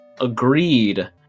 agreed